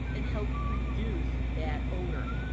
it helps reduce that odor.